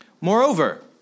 Moreover